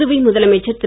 புதுவை முதலமைச்சர் திரு